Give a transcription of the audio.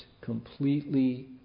completely